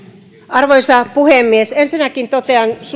arvoisa puhemies ensinnäkin totean